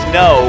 no